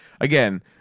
Again